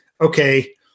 okay